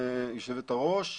יושבת הראש,